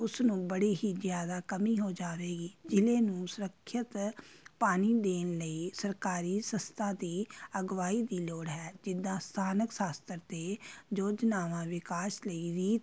ਉਸ ਨੂੰ ਬੜੀ ਹੀ ਜ਼ਿਆਦਾ ਕਮੀ ਹੋ ਜਾਵੇਗੀ ਜ਼ਿਲ੍ਹੇ ਨੂੰ ਸੁਰੱਖਿਅਤ ਪਾਣੀ ਦੇਣ ਲਈ ਸਰਕਾਰੀ ਸੰਸਥਾ ਦੀ ਅਗਵਾਈ ਦੀ ਲੋੜ ਹੈ ਜਿਸਦਾ ਸਥਾਨਕ ਸ਼ਾਸਤਰ ਅਤੇ ਯੋਜਨਾਵਾਂ ਵਿਕਾਸ ਲਈ ਵੀ